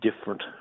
different